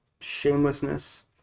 shamelessness